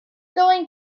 going